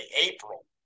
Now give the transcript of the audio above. April